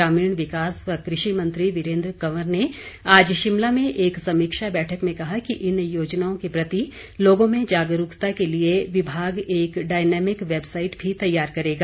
ग्रामीण विकास व कृषि मंत्री वीरेन्द्र कंवर ने आज शिमला में एक समीक्षा बैठक में कहा कि इन योजनाओं के प्रति लोगों में जागरूकता के लिए विभाग एक डायनामिक वैबसाइट भी तैयार करेगा